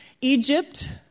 Egypt